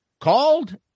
called